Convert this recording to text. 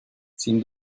sin